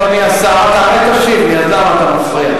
אדוני השר, אתה הרי תשיב לי, אז למה אתה מפריע?